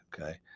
Okay